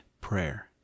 prayer